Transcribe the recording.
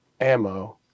ammo